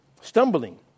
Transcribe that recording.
Stumbling